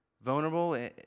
vulnerable